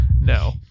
No